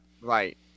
Right